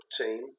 team